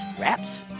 wraps